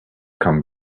come